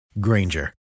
Granger